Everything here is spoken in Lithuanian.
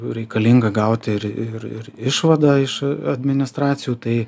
reikalinga gauti ir ir ir išvadą iš administracijų tai